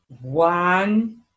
one